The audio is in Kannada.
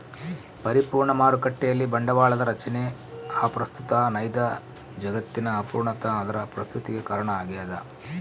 ಪರಿಪೂರ್ಣ ಮಾರುಕಟ್ಟೆಯಲ್ಲಿ ಬಂಡವಾಳದ ರಚನೆ ಅಪ್ರಸ್ತುತ ನೈಜ ಜಗತ್ತಿನ ಅಪೂರ್ಣತೆ ಅದರ ಪ್ರಸ್ತುತತಿಗೆ ಕಾರಣ ಆಗ್ಯದ